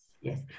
Yes